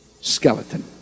skeleton